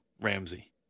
ramsey